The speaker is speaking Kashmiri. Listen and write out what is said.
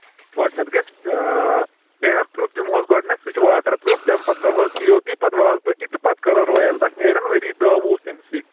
گۄڈٕنٮ۪تھ گژھِ ڈیمپ پرٛوٗپھ دِمہوس گۄڈٕنٮ۪تھ سُہ چھِ واٹَر پرٛوٗپھ تَمہِ پَتہٕ کَرہوس پی او پی پَتہٕ وال پُٹی تہٕ پَتہٕ کرو رویَل تَتھ نیرَن ؤری دَہ وُہ تَمہِ سۭتۍ